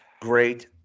great